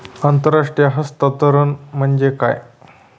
आंतरराष्ट्रीय हस्तांतरण म्हणजे काय?